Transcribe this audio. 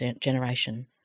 Generation